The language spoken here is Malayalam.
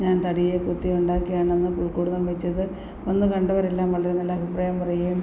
ഞാൻ തടിയെക്കൊത്തിയുണ്ടാക്കിയാണ് അന്ന് പുൽക്കൂട് നിർമ്മിച്ചത് വന്ന് കണ്ടവരെല്ലാം വളരെ നല്ല അഭിപ്രായം പറയുകയും